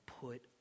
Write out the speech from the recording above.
put